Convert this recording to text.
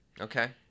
Okay